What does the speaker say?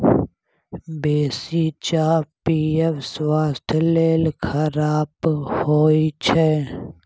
बेसी चाह पीयब स्वास्थ्य लेल खराप होइ छै